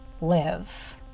live